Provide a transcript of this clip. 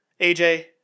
AJ